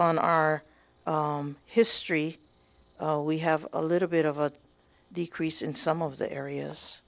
on our history we have a little bit of a decrease in some of the areas